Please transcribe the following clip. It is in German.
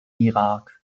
irak